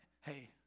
hey